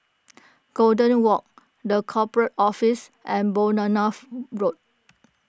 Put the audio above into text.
Golden Walk the Corporate Office and Bournemouth Road